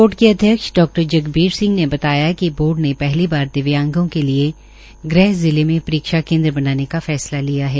board के अध्यक्ष Dr Jagbir Singh ने बताया कि बोर्ड ने पहली बार दिव्यागों के लिए गृह जिला में परीक्षा केंद्र बनाने का फैसला लिया है